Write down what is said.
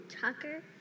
Tucker